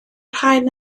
rhain